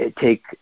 take